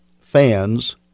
fans